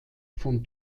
von